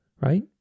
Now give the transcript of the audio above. right